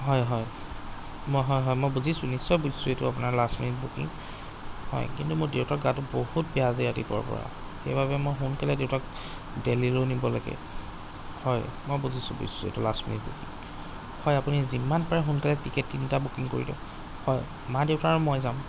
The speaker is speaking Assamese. হয় হয় মই হয় হয় মই বুজিছোঁ নিশ্চয় বুজিছোঁ এইটো আপোনাৰ লাষ্ট মিনিট বুকিং হয় কিন্তু মোৰ দেউতাৰ গাটো বহুত বেয়া আজি ৰাতিপুৱাৰপৰা সেইবাবে মই সোনকালে দেউতাক দেল্হীলৈ নিব লাগে হয় মই বুজিছোঁ বুজিছোঁ এইটো লাষ্ট মিনিট হয় আপুনি যিমান পাৰে সোনকালে টিকেট তিনিটা বুকিং কৰি দিয়ক হয় মা দেউতা আৰু মই যাম